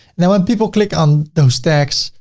now when people click on those tags.